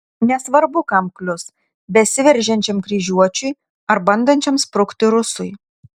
nesvarbu kam klius besiveržiančiam kryžiuočiui ar bandančiam sprukti rusui